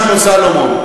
שמעון סולומון,